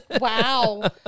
Wow